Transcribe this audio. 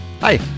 Hi